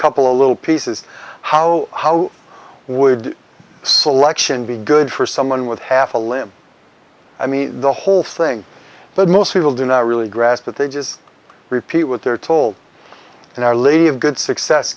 couple of little pieces how how would selection be good for someone with half a limb i mean the whole thing but most people do not really grasp that they just repeat what they're told in our lady of good success